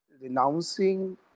renouncing